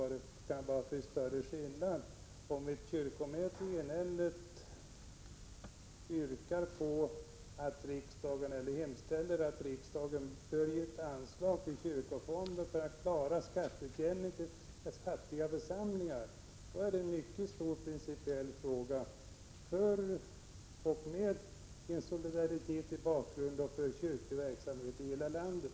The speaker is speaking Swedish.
Om ett kyrkomöte enhälligt hemställer att riksdagen bör ge ett anslag till kyrkofonden för att klara skatteutjämning till fattiga församlingar, då är det en mycket stor principiell fråga om solidaritet, och den har betydelse för den kyrkliga verksamheten i hela landet.